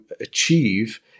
achieve